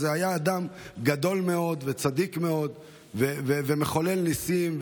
שהיה אדם גדול מאוד וצדיק מאוד ומחולל ניסים,